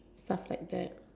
stuff like that